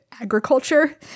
Agriculture